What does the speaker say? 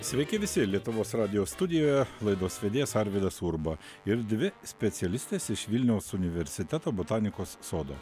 sveiki visi lietuvos radijo studijoje laidos vedėjas arvydas urba ir dvi specialistės iš vilniaus universiteto botanikos sodo